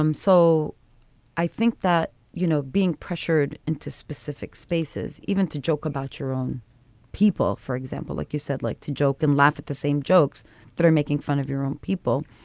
um so i think that, you know, being pressured into specific spaces, even to joke about your own people, for example, like you said, like to joke and laugh at the same jokes that are making fun of your own people.